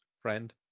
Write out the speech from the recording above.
Friend